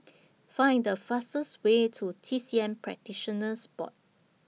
Find The fastest Way to T C M Practitioners Board